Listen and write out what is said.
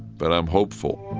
but i'm hopeful